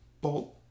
Bolt